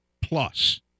plus